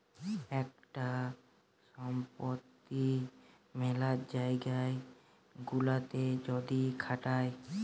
একটা সম্পত্তি মেলা জায়গা গুলাতে যদি খাটায়